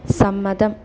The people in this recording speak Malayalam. സമ്മതം